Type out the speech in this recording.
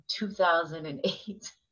2008